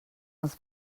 els